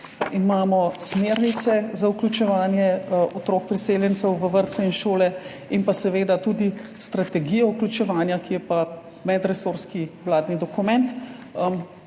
imamo smernice za vključevanje otrok priseljencev v vrtce in šole in pa seveda tudi strategijo vključevanja, ki je pa medresorski vladni dokument,